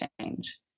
change